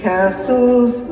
Castles